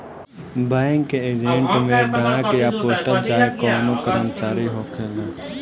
bank के agent में डाक या पोस्टल चाहे कवनो कर्मचारी होखेला